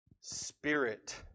Spirit